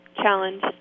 challenge